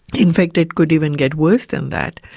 in fact, it could even get worse than that.